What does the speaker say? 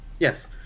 Yes